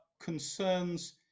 concerns